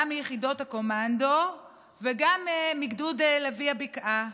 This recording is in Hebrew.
גם מיחידות הקומנדו וגם מגדוד לביאי הבקעה.